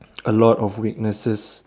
a lot of weaknesses